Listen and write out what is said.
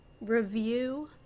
review